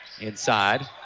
inside